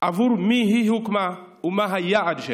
עבור מי היא הוקמה ומה היעד שלה.